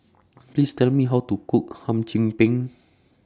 Please Tell Me How to Cook Hum Chim Peng